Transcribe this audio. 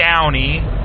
downy